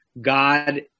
God